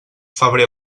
febrer